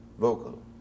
vocal